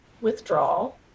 withdrawal